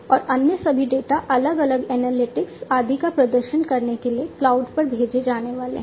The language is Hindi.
और अन्य सभी डेटा अलग अलग एनालिटिक्स आदि का प्रदर्शन करने के लिए क्लाउड पर भेजे जाने वाले हैं